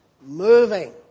moving